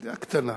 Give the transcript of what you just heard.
מדינה קטנה.